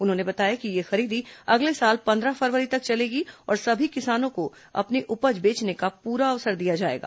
उन्होंने बताया कि यह खरीदी अगले साल पंद्रह फरवरी तक चलेगी और सभी किसानों को अपनी उपज बेचने का पूरा अवसर दिया जाएगा